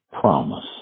promise